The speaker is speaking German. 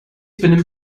benimmt